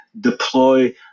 deploy